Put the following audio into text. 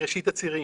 מראשית הצירים.